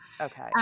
Okay